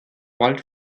wald